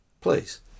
please